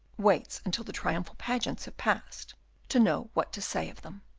waits until the triumphal pageants have passed to know what to say of them,